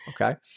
okay